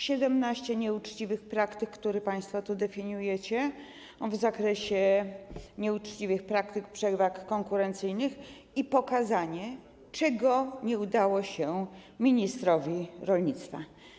17 nieuczciwych praktyk, które państwo tu definiujecie w zakresie nieuczciwych praktyk przewag konkurencyjnych, i pokazanie, czego nie udało się ministrowi rolnictwa.